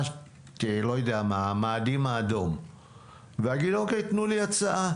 של המאדים האדום ואגיד שהם יתנו לי הצעה.